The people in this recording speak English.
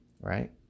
Right